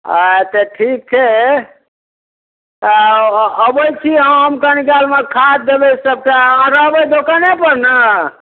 अच्छा ठीक छै तऽ अबै छी हम कनि देरमे खाद देबै सभके अहाँ रहबै दोकानेपर ने